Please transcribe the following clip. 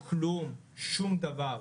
כלום, שום דבר,